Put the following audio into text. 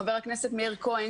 חבר הכנסת מאיר כהן